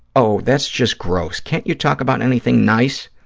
oh, that's just gross, can't you talk about anything nice?